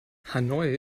hanoi